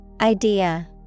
Idea